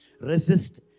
Resist